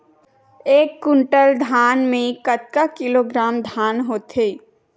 एक कुंटल धान में कतका किलोग्राम धान होथे?